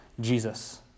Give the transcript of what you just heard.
Jesus